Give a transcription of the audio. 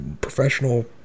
professional